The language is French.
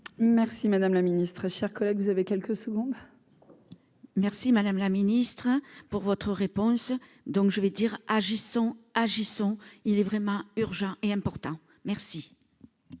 Merci madame la ministre, chers collègues, vous avez quelques secondes. Merci madame la ministre, pour votre réponse donc, je vais dire agissant agissons il est vraiment urgent et important : merci.